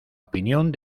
opinión